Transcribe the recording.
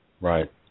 Right